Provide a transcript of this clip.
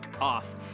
off